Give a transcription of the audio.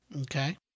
Okay